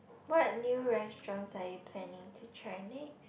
what new restaurants are you planning to try next